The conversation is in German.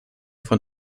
von